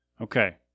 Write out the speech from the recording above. Okay